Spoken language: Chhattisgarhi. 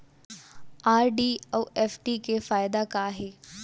आर.डी अऊ एफ.डी के फायेदा का हे?